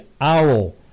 owl